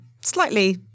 Slightly